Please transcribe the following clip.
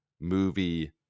movie